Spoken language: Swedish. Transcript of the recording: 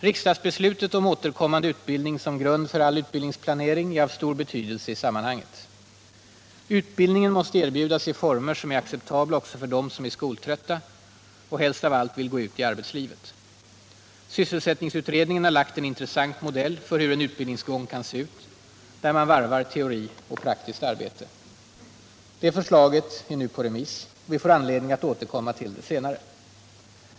Riksdagsbeslutet om återkommande utbildning som grund för all utbildningsplanering är av stor betydelse i sammanhanget. Utbildningen måste erbjudas i former, som är acceptabla också för dem som är skoltrötta och helst av allt vill gå ut i arbetslivet. Sysselsättningsutredningen har lagt en intressant modell för hur en utbildningsgång kan se ut, där man varvar teori och praktiskt arbete. Det förslaget är nu på remiss och vi får anledning att återkomma till det senare.